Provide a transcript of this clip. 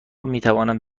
میتوانند